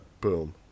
Boom